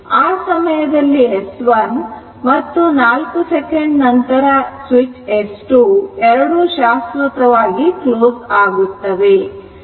ಆ ಸಮಯದಲ್ಲಿ S1 ಮತ್ತು 4 second ನಂತರ ಸ್ವಿಚ್ S2 ಎರಡೂ ಶಾಶ್ವತವಾಗಿ ಕ್ಲೋಸ್ ಆಗುತ್ತವೆ